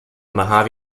mojave